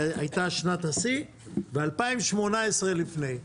שהייתה שנת השיא ו-2018 לפני.